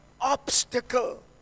obstacle